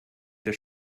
das